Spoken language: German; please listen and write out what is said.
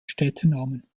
städtenamen